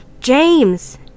James